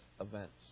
events